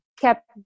kept